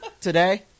today